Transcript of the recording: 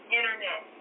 internet